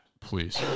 please